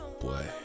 Boy